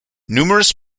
numerous